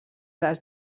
les